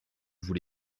vous